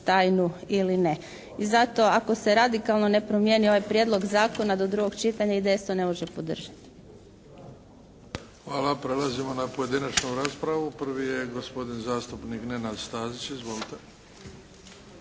tajnu ili ne. I zato, ako se radikalno ne promijeni ovaj prijedlog zakona do drugog čitanja IDS to ne može podržati. **Bebić, Luka (HDZ)** Hvala. Prelazimo na pojedinačnu raspravu. Prvi je gospodin zastupnik Nenad Stazić. Izvolite.